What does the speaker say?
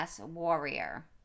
warrior